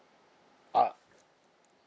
ah